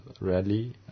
rally